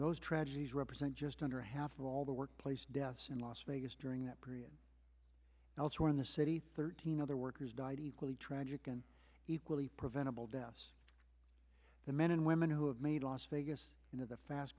those tragedies represent just under half of all the workplace deaths in las vegas during that period elsewhere in the city thirteen other workers died equally tragic and equally preventable deaths the men and women who have made lost vegas you know the fast